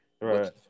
Right